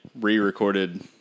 re-recorded